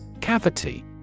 Cavity